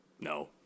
no